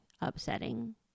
upsetting